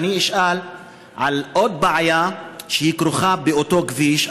אני אשאל על עוד בעיה שכרוכה באותו כביש,